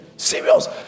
Serious